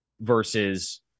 Versus